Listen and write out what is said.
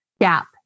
gap